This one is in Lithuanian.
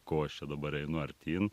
ko aš čia dabar einu artyn